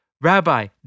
Rabbi